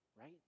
right